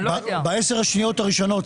בעשר השניות הראשונות.